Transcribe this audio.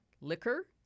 Liquor